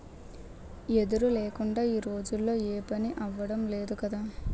వెదురు లేకుందా ఈ రోజుల్లో ఏపనీ అవడం లేదు కదా